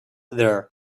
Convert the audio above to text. there